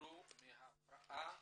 יסבלו מהפרעה